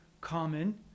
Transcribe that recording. common